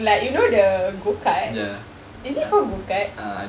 like you know the go cart is it called go cart